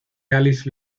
alice